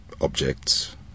objects